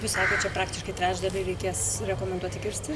jūs sakėt čia praktiškai trečdalį reikės rekomenduoti kirsti